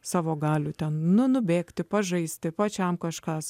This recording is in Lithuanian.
savo galių ten nubėgti pažaisti pačiam kažkas